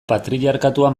patriarkatua